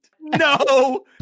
No